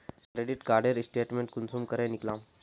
Credit कार्डेर statement कुंसम करे निकलाम?